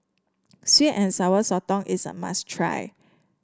sweet and Sour Sotong is a must try